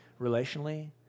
relationally